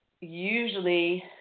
usually